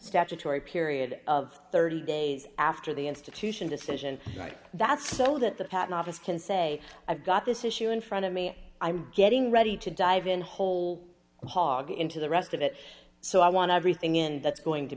statutory period of thirty days after the institution decision right that's so that the patent office can say i've got this issue in front of me i'm getting ready to dive in whole hawg into the rest of it so i want to everything in that's going to